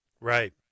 Right